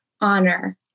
honor